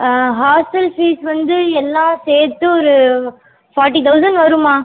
hostel fees வந்து எல்லாம் சேர்த்து ஒரு ஃபார்ட்டி தௌசண்ட் வரும்மா